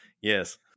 yes